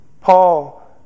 Paul